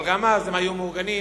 אבל גם אז הם היו מאורגנים